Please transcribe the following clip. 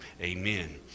Amen